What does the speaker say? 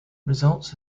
results